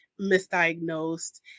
misdiagnosed